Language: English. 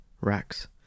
racks